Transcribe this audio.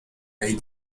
made